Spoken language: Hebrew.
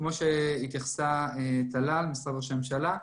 כמו שהתייחסה טלל ממשרד ראש הממשלה,